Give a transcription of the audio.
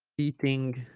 eating